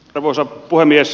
arvoisa puhemies